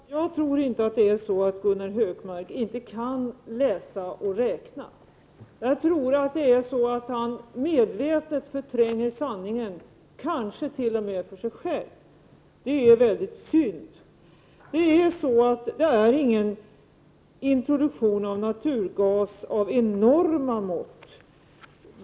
Herr talman! Jag tror inte att det är så, att Gunnar Hökmark inte kan läsa och räkna. Däremot tror jag att han medvetet förtränger sanningen — kanske t.o.m. för sig själv. Det är väldigt synd. Det handlar nämligen inte om en gasintroduktion av enorma mått.